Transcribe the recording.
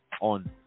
on